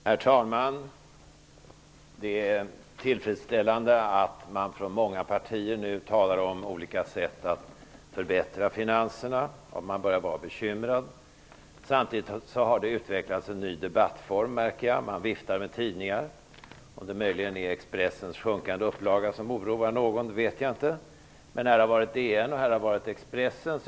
Herr talman! Det är tillfredsställande att man från många partier nu talar om olika sätt att förbättra finanserna och att man börjar vara bekymrad. Samtidigt har det utvecklats en ny debattform. Man viftar med tidningar. Om det möjligen är Expressens sjunkande upplaga som oroar någon vet jag inte, men här har förekommit DN och Expressen.